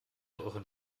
euren